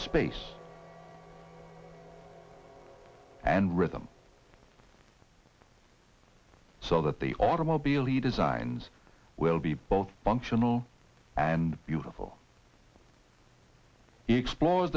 space and rhythm so that the automobile he designs will be both functional and beautiful explore